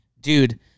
Dude